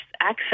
access